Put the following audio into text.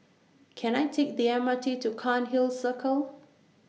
Can I Take The M R T to Cairnhill Circle